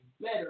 better